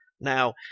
Now